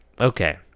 Okay